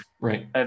Right